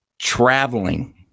Traveling